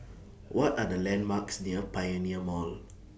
What Are The landmarks near Pioneer Mall